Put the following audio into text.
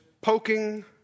poking